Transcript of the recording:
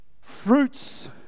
fruits